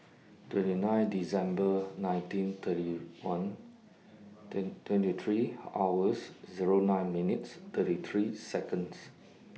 twenty nine December nineteen thirty one twenty three hours Zero nine minutes thirty three Seconds